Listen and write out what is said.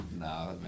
No